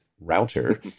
router